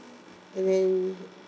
and then